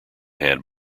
had